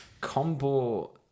combo